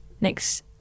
next